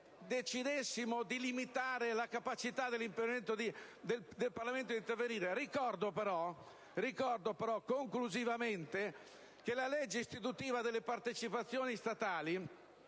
decidessimo di limitare la capacità del Parlamento di intervenire. Ricordo, però, conclusivamente che la legge istitutiva delle Partecipazioni statali,